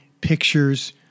pictures